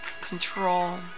control